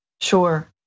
Sure